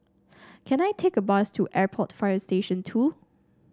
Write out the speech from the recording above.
can I take a bus to Airport Fire Station Two